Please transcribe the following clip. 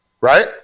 right